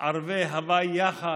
ערבי הוויי יחד,